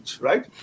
right